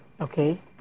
Okay